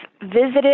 visited